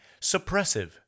suppressive